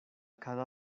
cada